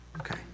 Okay